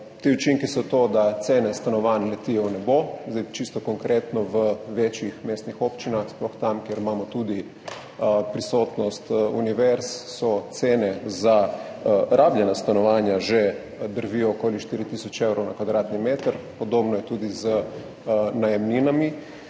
Ti učinki so to, da cene stanovanj letijo v nebo. Čisto konkretno, v večjih mestnih občinah, sploh tam, kjer imamo tudi prisotnost univerz, so cene za rabljena stanovanja že drvijo okoli 4 tisoč evrov na kvadratni meter. Podobno je tudi z najemninami,